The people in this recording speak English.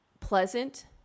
pleasant